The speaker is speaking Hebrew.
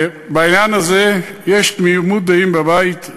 בעניין הזה יש תמימות דעים בבית,